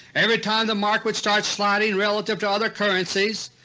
every time the mark would start sliding relative to other currencies,